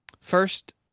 First